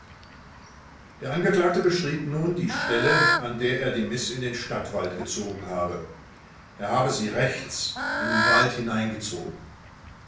der angeklagte beschrieb nun die stelle an der er die miß in den stadtwald gezogen habe er habe sie rechts in den wald hineingezogen